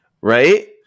Right